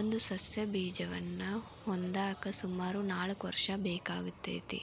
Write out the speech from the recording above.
ಒಂದು ಸಸ್ಯ ಬೇಜವನ್ನ ಹೊಂದಾಕ ಸುಮಾರು ನಾಲ್ಕ್ ವರ್ಷ ಬೇಕಾಗತೇತಿ